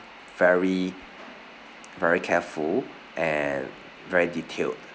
very very careful and very detailed